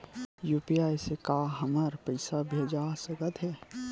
UPI से का हमर पईसा भेजा सकत हे?